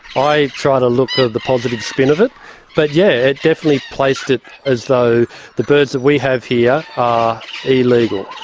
i try to look for the positive spin of it but, yeah, it definitely placed it as though the birds that we have here are illegal.